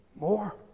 more